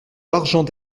l’argent